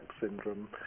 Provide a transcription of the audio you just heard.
syndrome